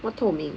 what 透明